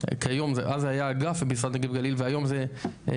אז זה היה אגף במשרד נגב גליל והיום קיבלנו